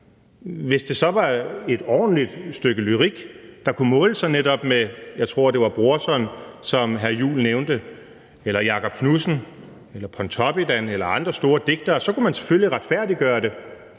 Hvis det så var et ordentligt stykke lyrik, der netop kunne måle sig med, jeg tror, det var Brodersen, hr. Christian Juhl nævnte, eller Jakob Knudsen eller Pontoppidan eller andre store digtere, kunne man selvfølgelig retfærdiggøre det.